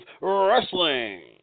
Wrestling